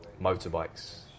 Motorbikes